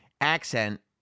accent